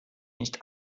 nicht